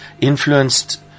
influenced